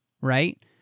right